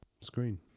screen